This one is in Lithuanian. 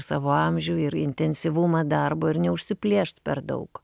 savo amžių ir intensyvumą darbo ir neužsiplėšt per daug